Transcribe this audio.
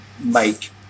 make